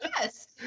yes